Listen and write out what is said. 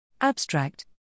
Abstract